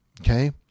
okay